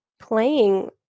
playing